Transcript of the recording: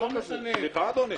סליחה, אדוני,